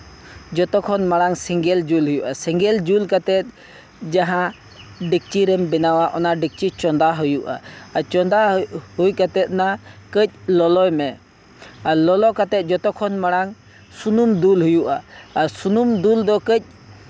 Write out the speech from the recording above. ᱡᱚᱛᱚ ᱠᱷᱚᱱ ᱢᱟᱲᱟᱝ ᱥᱮᱸᱜᱮᱞ ᱡᱩᱞ ᱦᱩᱭᱩᱜᱼᱟ ᱥᱮᱸᱜᱮᱞ ᱡᱩᱞ ᱠᱟᱛᱮᱫ ᱡᱟᱦᱟᱸ ᱰᱮᱠᱪᱤᱨᱮᱢ ᱵᱮᱱᱟᱣᱟ ᱚᱱᱟ ᱰᱮᱠᱪᱤ ᱪᱚᱸᱫᱟ ᱦᱩᱭᱩᱜᱼᱟ ᱟᱨ ᱪᱚᱸᱫᱟ ᱦᱩᱭ ᱠᱟᱛᱮᱫ ᱱᱟᱜ ᱠᱟᱺᱪ ᱞᱚᱞᱚᱭᱢᱮ ᱟᱨ ᱞᱚᱞᱚ ᱠᱟᱛᱮᱫ ᱡᱚᱛᱚ ᱠᱷᱚᱱ ᱢᱟᱲᱟᱝ ᱥᱩᱱᱩᱢ ᱫᱩᱞ ᱦᱩᱭᱩᱜᱼᱟ ᱟᱨ ᱥᱩᱱᱩᱢ ᱫᱩᱞ ᱫᱚ ᱠᱟᱺᱪ